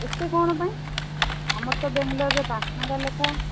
ଏତେ କ'ଣ ପାଇଁ ଆମର ତ ବେଙ୍ଗଲୋରରେ ପାଞ୍ଚ ଟଙ୍କା ଲେଖାଁ